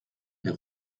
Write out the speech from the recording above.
est